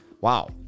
Wow